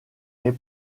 est